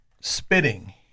spitting